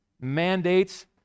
Mandates